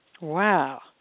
Wow